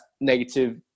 negative